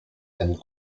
and